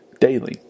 daily